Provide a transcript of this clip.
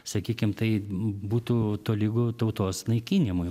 sakykim tai būtų tolygu tautos naikinimui